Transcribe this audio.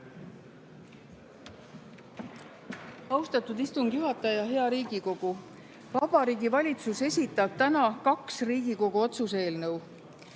Austatud istungi juhataja! Hea Riigikogu! Vabariigi Valitsus esitab täna kaks Riigikogu otsuse eelnõu.